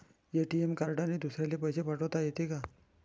ATM कार्डने दुसऱ्याले पैसे पाठोता येते का?